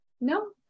No